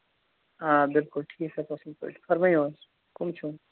آ بِلکُل ٹھیٖک حظ اَصٕل پٲٹھۍ فرمٲوِو حظ کٕم چھِو